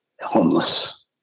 homeless